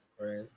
Right